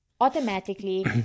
automatically